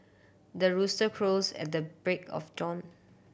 the rooster crows at the break of dawn